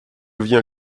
viens